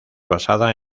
basada